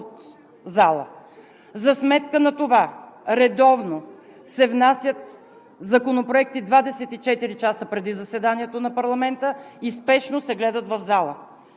За сметка на това редовно се внасят законопроекти 24 часа преди заседанието на парламента и спешно се гледат в залата